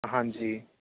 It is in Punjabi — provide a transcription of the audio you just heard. ਹਾਂਜੀ